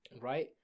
right